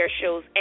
shows